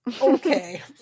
Okay